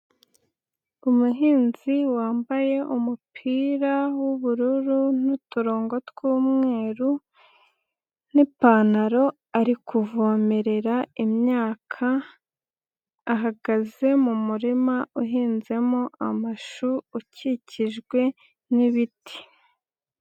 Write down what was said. Umuhinzi wambaye umupira w'ubururu n'uturongo tw'umweru n'ipantaro ari kuvomerera imyaka, ahagaze mu murima uhinzemo amashu ukikijwe n'ibiti.